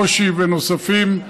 לברושי ולנוספים,